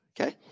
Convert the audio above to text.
Okay